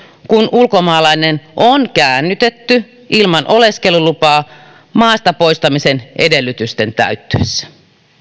kun ulkomaalainen on käännytetty ilman oleskelulupaa maasta poistamisen edellytysten täyttyessä